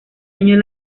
año